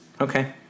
Okay